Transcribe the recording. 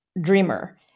Dreamer